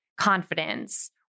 confidence